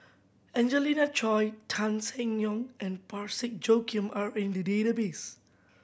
Angelina Choy Tan Seng Yong and Parsick Joaquim are in the database